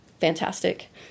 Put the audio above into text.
Fantastic